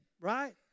right